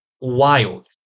wild